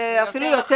זה אפילו יותר.